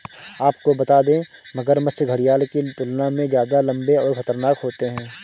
आपको बता दें, मगरमच्छ घड़ियाल की तुलना में ज्यादा लम्बे और खतरनाक होते हैं